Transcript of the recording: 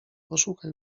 poszukaj